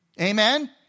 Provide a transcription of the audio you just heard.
Amen